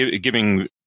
giving